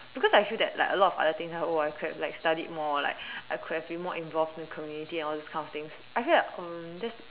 because I feel that like a lot of other things oh I could've like studied more like I could have been more involved in community and all these kind of things I feel that um that's